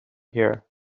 here